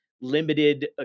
limited